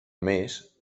més